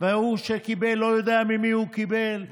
וההוא שקיבל לא יודע ממי הוא קיבל.